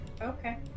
Okay